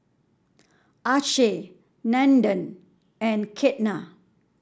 Akshay Nandan and Ketna